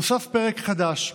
הוסף פרק חדש לחוק,